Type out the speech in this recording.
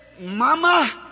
Mama